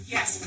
Yes